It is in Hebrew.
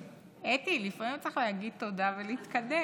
אתי, לפעמים צריך להגיד תודה ולהתקדם.